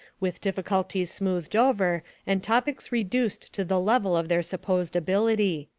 with difficulties smoothed over and topics reduced to the level of their supposed ability.